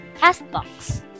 CastBox